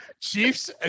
Chiefs